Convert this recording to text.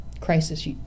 crisis